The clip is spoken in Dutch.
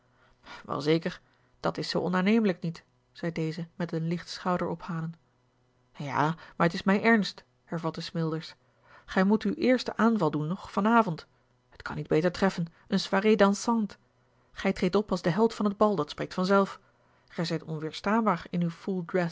wel zeker dat is zoo onaannemelijk niet zei deze met een licht schouderophalen ja maar t is mij ernst hervatte smilders gij moet uw eersten aanval doen nog van avond het kan niet beter treffen eene soirée dansante gij treedt op als de held van het bal dat spreekt vanzelf gij zijt onweerstaanbaar in